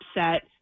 upset